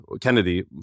Kennedy